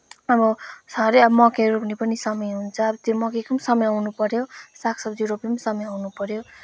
अब छ अरे मकैहरू रोप्ने पनि समय हुन्छ त्यो मकै पनि समय आउनुपर्यो सागसब्जी रोप्ने पनि समय आउनुपर्यो